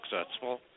successful